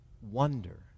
wonder